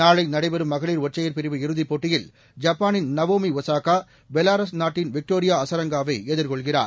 நாளை நடைபெறும் மகளிர் ஒற்றையர் பிரிவு இறுதிப் போட்டியில் ஜப்பானின் நவோமி ஒசாகா பெலாரஸ் நாட்டின் விக்டோரியா அசரெங்காவை எதிர்கொள்கிறார்